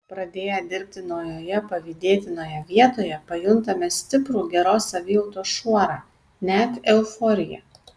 pradėję dirbti naujoje pavydėtinoje vietoje pajuntame stiprų geros savijautos šuorą net euforiją